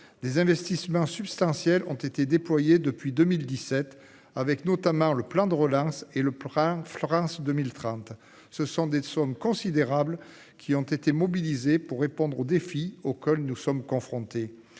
des investissements substantiels ont été déployés depuis 2017, dans le cadre notamment des plans France Relance et France 2030. Des sommes considérables ont ainsi été mobilisées pour répondre aux défis auxquels nous sommes confrontés-